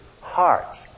hearts